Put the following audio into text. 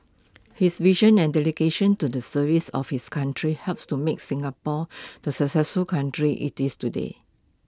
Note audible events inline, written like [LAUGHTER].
his vision and dedication to the service of his country helps to make Singapore [NOISE] the successful country IT is today